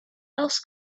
else